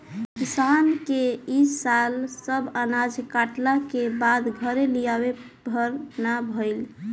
किसान के ए साल सब अनाज कटला के बाद घरे लियावे भर ना भईल